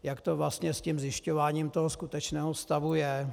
Jak to vlastně s tím zjišťováním toho skutečného stavu je.